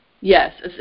Yes